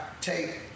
take